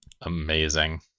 Amazing